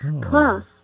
Plus